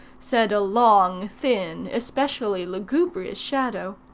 said a long, thin, especially lugubrious shadow.